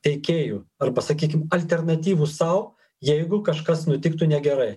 teikėjų ar pasakykim alternatyvų sau jeigu kažkas nutiktų negerai